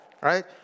right